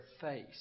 face